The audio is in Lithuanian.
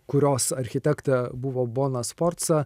kurios architektė buvo bona sforca